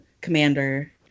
commander